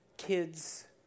kids